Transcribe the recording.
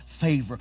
favor